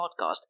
podcast